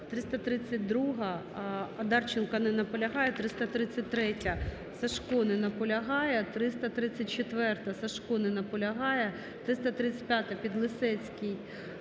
332-а, Одарченко. Не наполягає. 333-а, Сажко. Не наполягає. 334-а, Сажко. Не наполягає. 335-а, Підлісецький.